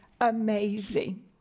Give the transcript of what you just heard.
amazing